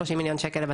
שלושה דברים עיקריים,